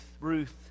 Ruth